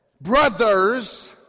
brothers